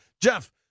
Jeff